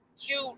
cute